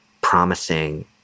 promising